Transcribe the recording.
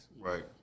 Right